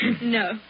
No